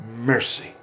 mercy